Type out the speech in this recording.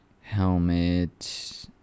helmet